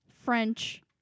French